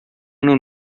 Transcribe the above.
ano